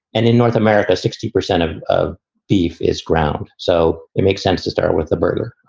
and in north america, sixty percent of of beef is ground. so it makes sense to start with the burger.